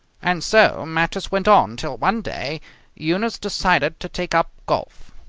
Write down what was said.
and so matters went on till one day eunice decided to take up golf.